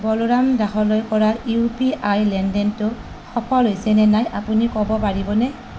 বলোৰাম দাসলৈ কৰা U P I লেনদেনটো সফল হৈছে নে নাই আপুনি ক'ব পাৰিবনে